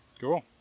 Cool